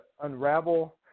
unravel